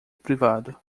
privado